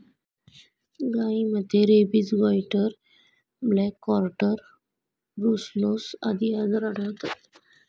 गायींमध्ये rabies, goitre, black quarter, brucellosis आदी आजार आढळतात